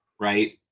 right